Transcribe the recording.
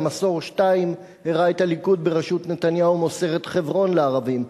"המסור 2" הראה את הליכוד בראשות נתניהו מוסר את חברון לערבים,